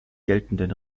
geltenden